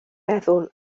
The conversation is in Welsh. meddwl